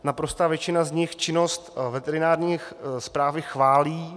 Naprostá většina z nich činnost veterinární správy chválí.